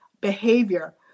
behavior